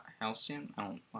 Halcyon